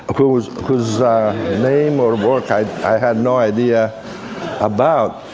whose whose name or work i i had no idea about.